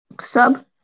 Sub